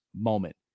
moment